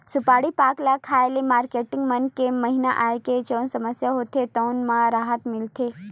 सुपारी पाक ल खाए ले मारकेटिंग मन के महिना आए के जउन समस्या होथे तउन म राहत मिलथे